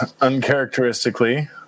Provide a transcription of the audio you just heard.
uncharacteristically